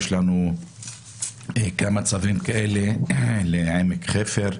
ויש לנו היום כמה צווים כאלה לעמק חפר,